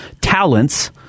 talents